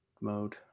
mode